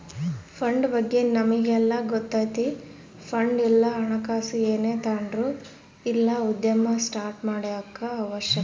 fund ಬಗ್ಗೆ ನಮಿಗೆಲ್ಲ ಗೊತ್ತತೆ ಫಂಡ್ ಇಲ್ಲ ಹಣಕಾಸು ಏನೇ ತಾಂಡ್ರು ಇಲ್ಲ ಉದ್ಯಮ ಸ್ಟಾರ್ಟ್ ಮಾಡಾಕ ಅವಶ್ಯಕ